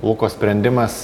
luko sprendimas